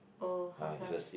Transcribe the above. oh how come